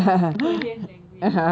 korean language